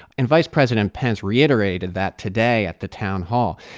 and vice president pence reiterated that today at the town hall.